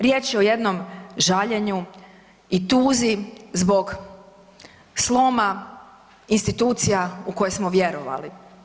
Riječ je o jednom žaljenju i tuzi zbog sloma institucija u koje smo vjerovali.